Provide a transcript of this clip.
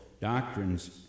doctrines